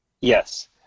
Yes